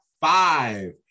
five